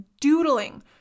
doodling